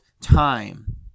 time